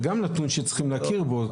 זה גם נתון שצריכים להכיר בו.